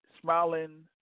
smiling